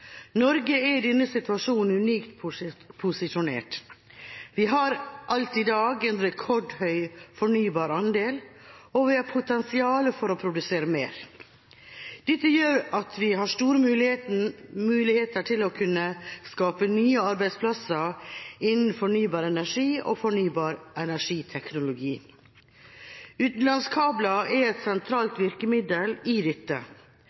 Norge er i denne situasjonen unikt posisjonert. Vi har alt i dag en rekordhøy fornybar andel, og vi har et potensial for å produsere mer. Dette gjør at vi har store muligheter til å kunne skape nye arbeidsplasser innenfor fornybar energi og fornybar energiteknologi. Utenlandskabler er et sentralt virkemiddel i